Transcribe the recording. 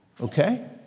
Okay